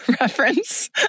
reference